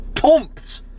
pumped